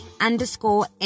underscore